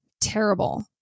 terrible